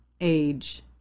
age